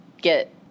get